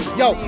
yo